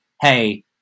Hey